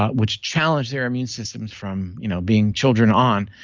ah which challenged their immune systems from you know being children on,